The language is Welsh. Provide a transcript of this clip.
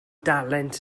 dalent